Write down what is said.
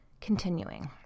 continuing